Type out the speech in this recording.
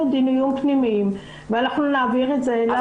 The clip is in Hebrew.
דיונים פנימיים ואנחנו נעביר את זה לשר.